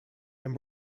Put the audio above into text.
and